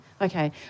Okay